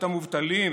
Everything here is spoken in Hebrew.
את המובטלים,